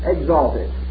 exalted